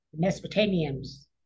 Mesopotamians